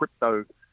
crypto